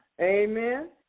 Amen